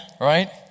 right